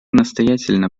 настоятельно